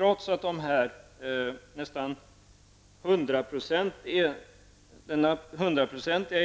Trots att denna nästan 100-procentiga